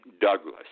Douglas